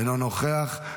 אינו נוכח,